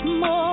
more